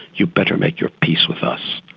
you'd better make your peace with us.